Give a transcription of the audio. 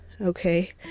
okay